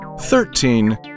thirteen